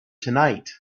tonight